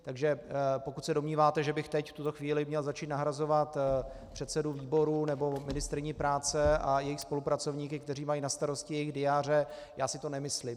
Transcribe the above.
Takže pokud se domníváte, že bych teď, v tuto chvíli, měl začít nahrazovat předsedu výboru nebo ministryni práce a jejich spolupracovníky, kteří mají na starosti jejich diáře, já si to nemyslím.